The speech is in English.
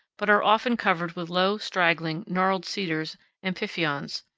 but are often covered with low, straggling, gnarled cedars and pifions,